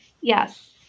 Yes